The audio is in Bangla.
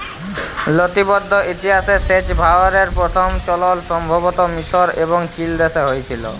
লতিবদ্ধ ইতিহাসে সেঁচ ভাঁয়রের পথম চলল সম্ভবত মিসর এবং চিলদেশে হঁয়েছিল